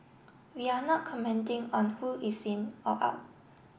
we are not commenting on who is in or out